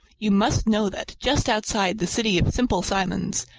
you must know that, just outside the city of simple simons,